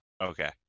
Okay